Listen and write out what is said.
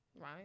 Right